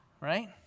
Right